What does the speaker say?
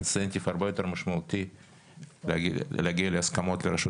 אינסנטיב הרבה יותר משמעותי להגיע להסכמות עם רשות